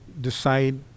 decide